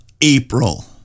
april